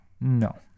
No